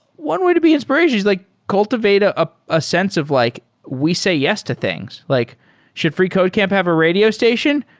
one way to be inspirationa l is like cultivate ah ah a sense of like we say yes to things. like should freecodecamp have a radio station?